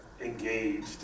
engaged